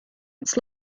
its